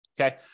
Okay